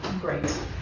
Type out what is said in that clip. Great